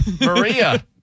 Maria